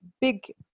big